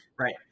Right